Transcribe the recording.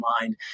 mind